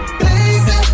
baby